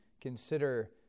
consider